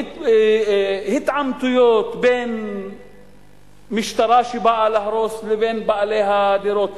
עימות בין משטרה שבאה להרוס לבין בעלי הדירות.